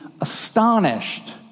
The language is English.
astonished